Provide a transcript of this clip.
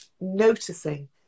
Noticing